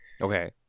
Okay